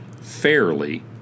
fairly